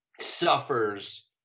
suffers